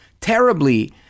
terribly